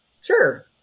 Sure